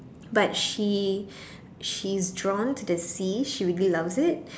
but she she's drawn to the sea she really loves it